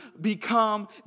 become